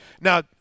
Now